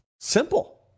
Simple